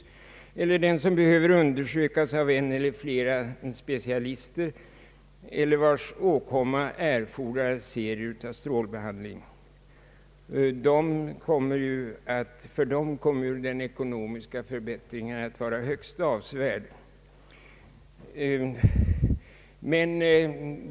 Detta gäller också dem som behöver undersökas av en eller flera specialister eller vilkas åkommor erfordrar en serie strålbehandlingar. För dem kommer den ekonomiska förbättringen att var högst avsevärd.